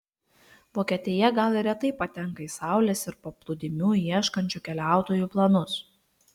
vokietija gal ir retai patenka į saulės ir paplūdimių ieškančių keliautojų planus